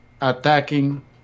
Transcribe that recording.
attacking